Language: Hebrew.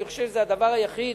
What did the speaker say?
אני חושב שזה הדבר היחיד